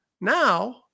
Now